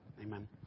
amen